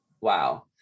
Wow